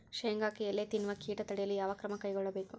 ಶೇಂಗಾಕ್ಕೆ ಎಲೆ ತಿನ್ನುವ ಕೇಟ ತಡೆಯಲು ಯಾವ ಕ್ರಮ ಕೈಗೊಳ್ಳಬೇಕು?